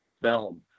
film